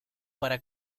para